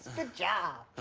good job.